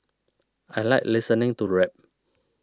I like listening to rap